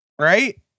Right